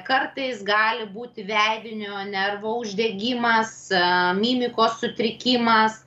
kartais gali būti veidinio nervo uždegimas mimikos sutrikimas